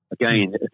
Again